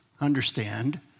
understand